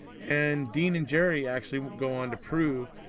and dean and jerry actually would go on to prove,